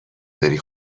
داری